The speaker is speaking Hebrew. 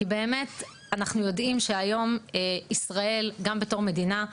כי אנחנו יודעים שהיום ישראל, גם בתור מדינה,